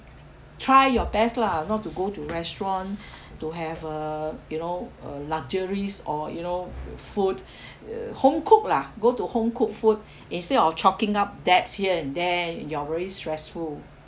try your best lah not to go to restaurant to have a you know uh luxuries or you know food uh homecooked lah go to homecooked food instead of chalking up debts here and there and you're very stressful